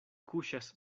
kuŝas